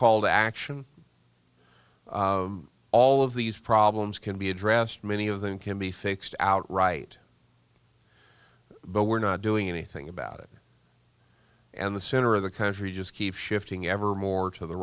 call to action all of these problems can be addressed many of them can be fixed out right but we're not doing anything about it and the center of the country just keep shifting ever more to the